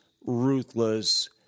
ruthless